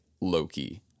Loki